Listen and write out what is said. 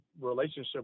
relationship